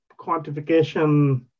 quantification